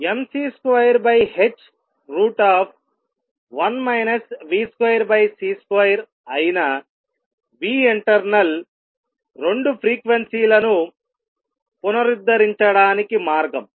mc2h1 v2c2అయిన internal 2 frequency లను పునరుద్దరించటానికి మార్గం